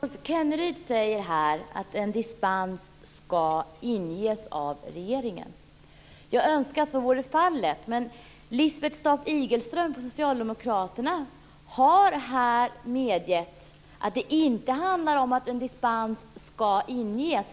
Fru talman! Rolf Kenneryd säger att en dispensansökan ska inges av regeringen. Jag önskar att så vore fallet, men Lisbeth Staaf-Igelström från Socialdemokraterna har här medgett att det inte handlar om att en dispensansökan ska inges.